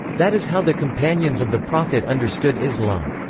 that is how the companions of the prophet understood islam.